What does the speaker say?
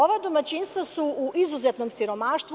Ova domaćinstva su u izuzetnom siromaštvu.